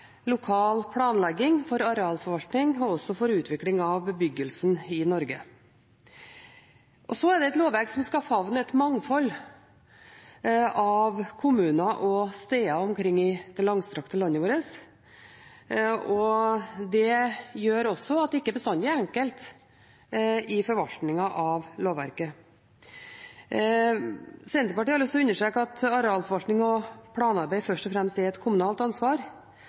lokal planlegging, for arealforvaltning og for utvikling av bebyggelsen i Norge. Det er også et lovverk som skal favne et mangfold av kommuner og steder omkring i det langstrakte landet vårt. Det gjør også at forvaltningen av lovverket ikke bestandig er enkel. Senterpartiet har lyst å understreke at arealforvaltning og planarbeid først og fremst er et kommunalt ansvar,